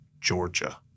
Georgia